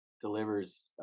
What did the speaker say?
delivers